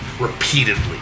repeatedly